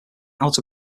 outer